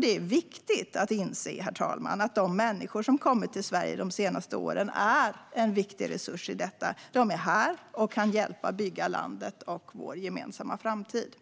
Det är viktigt att inse att de människor som kommit till Sverige de senaste åren är en viktig resurs i detta. De är här och kan hjälpa oss att bygga landet och vår gemensamma framtid.